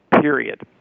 period